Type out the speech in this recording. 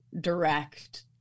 direct